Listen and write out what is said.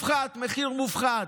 מחיר מופחת,